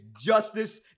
justice